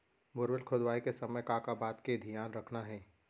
Borewell खोदवाए के समय का का बात के धियान रखना हे?